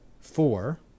four